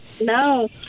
No